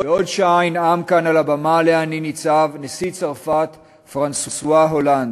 בעוד שעה ינאם כאן על הבמה שעליה אני ניצב נשיא צרפת פרנסואה הולנד,